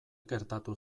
gertatu